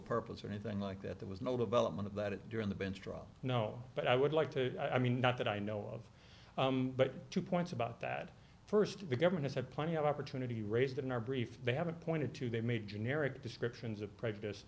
purpose or anything like that there was motive element of that is during the bench trial no but i would like to i mean not that i know of but two points about that first the government had plenty of opportunity raised in our brief they haven't pointed to they've made generic descriptions of prejudice